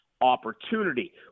opportunity